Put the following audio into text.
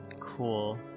Cool